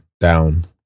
down